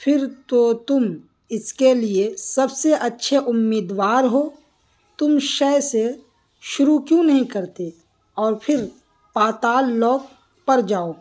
پھر تو تم اس کے لیے سب سے اچھے امیدوار ہو تم شئے سے شروع کیوں نہیں کرتے اور پھر پاتال لوک پر جاؤ